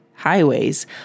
highways